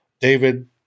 David